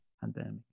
pandemic